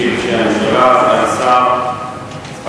ישיב בשם הממשלה סגן השר יצחק